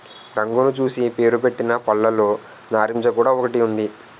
రంగును చూసి పేరుపెట్టిన పళ్ళులో నారింజ కూడా ఒకటి ఉంది